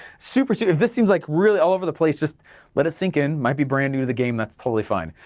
super, super, if this seems like really all over the place just let it sink in, you might be brand new to the game, that's totally fine,